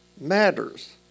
matters